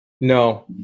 No